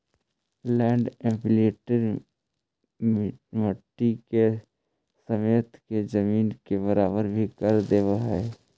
land imprinter मट्टी के समेट के जमीन के बराबर भी कर देवऽ हई